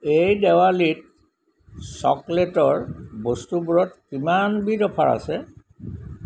এই দেৱালীত চকলেটৰ বস্তুবোৰত কিমানবিধ অফাৰ আছে